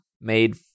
made